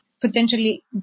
potentially